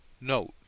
Note